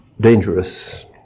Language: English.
dangerous